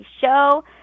Show